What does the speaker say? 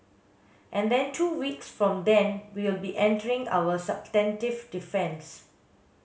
and then two weeks from then we'll be entering our substantive defence